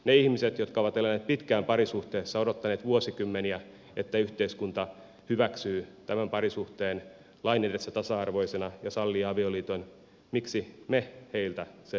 on ihmisiä jotka ovat eläneet pitkään parisuhteessa odottaneet vuosikymmeniä että yhteiskunta hyväksyy tämän parisuhteen lain edessä tasa arvoisena ja sallii avioliiton miksi me heiltä sen estäisimme